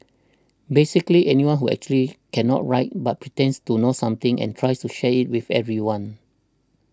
basically anyone who actually cannot write but pretends to know something and tries to share it with everyone